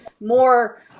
more